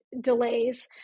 delays